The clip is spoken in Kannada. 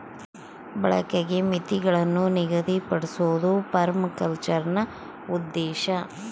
ಬಳಕೆಗೆ ಮಿತಿಗುಳ್ನ ನಿಗದಿಪಡ್ಸೋದು ಪರ್ಮಾಕಲ್ಚರ್ನ ಉದ್ದೇಶ